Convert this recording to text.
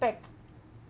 ~pect